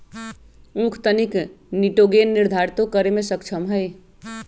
उख तनिक निटोगेन निर्धारितो करे में सक्षम हई